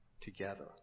together